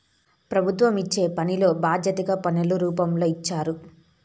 ప్రభుత్వం ఇచ్చే పనిలో బాధ్యతగా పన్నుల రూపంలో ఇచ్చారు